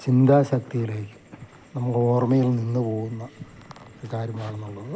ചിന്താശക്തിയിലേക്ക് നമ്മൾ ഓർമ്മയിൽ നിന്ന് പോവുന്ന ഒരു കാര്യമാണെന്നുള്ളത്